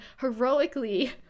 heroically